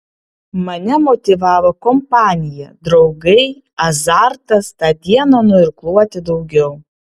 mane motyvavo kompanija draugai azartas tą dieną nuirkluoti daugiau